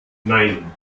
nein